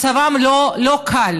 מצבם לא קל.